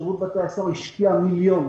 שירות בתי הסוהר השקיע מיליונים